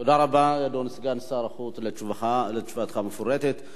תודה רבה לכבוד שר החוץ על תשובתך המפורטת.